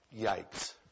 Yikes